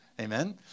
Amen